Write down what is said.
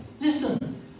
listen